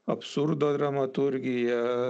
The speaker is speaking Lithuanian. absurdo dramaturgija